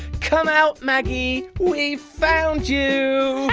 come out, maggie! we found you!